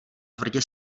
tvrdě